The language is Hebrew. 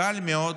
קל מאוד